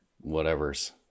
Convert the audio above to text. whatever's